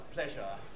pleasure